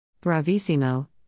Bravissimo